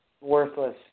worthless